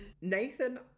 Nathan